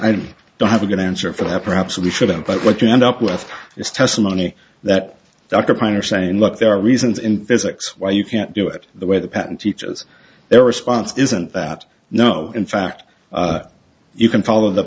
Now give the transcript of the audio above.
i don't have a good answer for have perhaps we shouldn't but what you end up with this testimony that dr pyne are saying look there are reasons in physics why you can't do it the way the patent teaches their response isn't that no in fact you can follow the